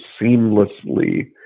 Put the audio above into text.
seamlessly